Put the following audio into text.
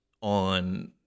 on